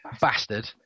bastard